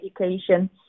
education